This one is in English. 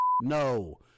no